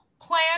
plan